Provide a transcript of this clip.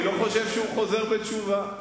אני לא חושב שהוא חוזר בתשובה.